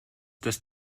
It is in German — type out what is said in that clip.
dass